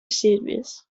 series